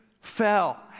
Fell